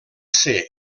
ser